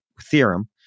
theorem